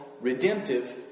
redemptive